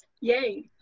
yay